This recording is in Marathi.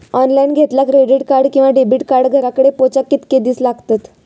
ऑनलाइन घेतला क्रेडिट कार्ड किंवा डेबिट कार्ड घराकडे पोचाक कितके दिस लागतत?